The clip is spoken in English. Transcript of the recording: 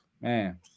Man